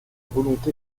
volonté